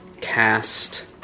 cast